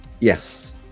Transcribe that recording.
Yes